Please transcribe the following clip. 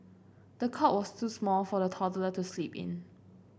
the cot was too small for the toddler to sleep in